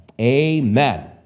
amen